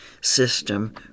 system